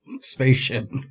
spaceship